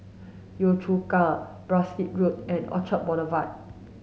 Yio Chu Kang Berkshire Road and Orchard Boulevard